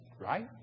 Right